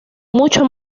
mucho